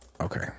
Okay